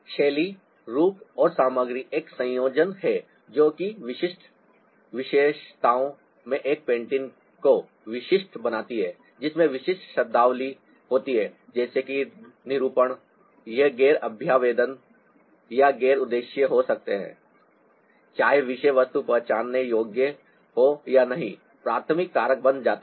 शैली रूप और सामग्री का एक संयोजन है जो कि विशिष्ट विशेषताओं में एक पेंटिंग को विशिष्ट बनाती है जिसमें विशिष्ट शब्दावली होती है जैसे कि निरूपण यह गैर अभ्यावेदन या गैर उद्देश्य हो सकता है चाहे विषय वस्तु पहचानने योग्य हो या नहीं प्राथमिक कारक बन जाता है